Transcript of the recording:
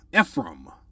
Ephraim